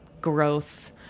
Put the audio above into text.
growth